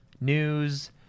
news